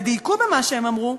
ודייקו במה שהם אמרו,